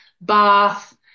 bath